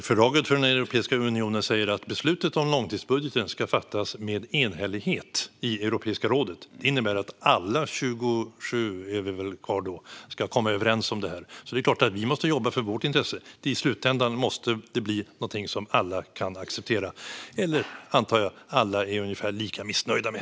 Fru talman! Fördraget för Europeiska unionen säger att beslutet om långtidsbudgeten ska fattas med enhällighet i Europeiska rådet. Det innebär att alla 27, som väl är kvar då, ska komma överens om det. Det är klart att vi måste jobba för vårt intresse. I slutändan måste det bli någonting som alla kan acceptera eller som, antar jag, alla är ungefär lika missnöjda med.